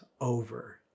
over